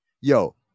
Yo